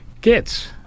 kids